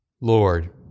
Lord